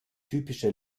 typische